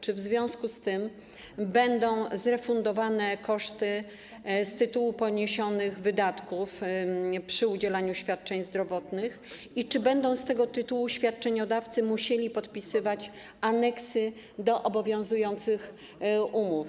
Czy w związku z tym będą zrefundowane koszty z tytułu wydatków poniesionych przy udzielaniu świadczeń zdrowotnych i czy z tego tytułu świadczeniodawcy będą musieli podpisywać aneksy do obowiązujących umów?